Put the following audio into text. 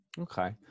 Okay